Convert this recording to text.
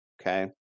Okay